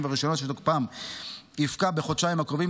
ורישיונות שתוקפם יפקע בחודשים הקרובים,